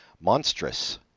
monstrous